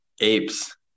apes